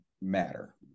matter